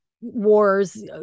wars